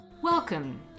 Welcome